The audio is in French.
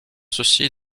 ceci